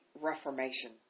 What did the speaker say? reformation